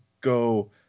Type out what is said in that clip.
go